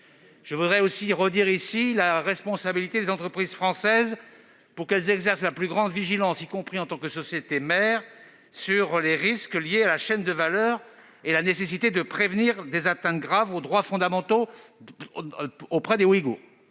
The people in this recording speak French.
Je tiens aussi à rappeler la responsabilité des entreprises françaises, qui doivent exercer la plus grande vigilance possible, y compris en tant que sociétés mères, sur les risques liés à la chaîne de valeur et sur la nécessité de prévenir des atteintes graves aux droits fondamentaux des Ouïghours.